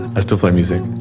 i still play music,